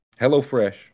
HelloFresh